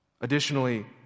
Additionally